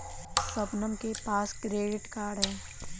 शबनम के पास credit card है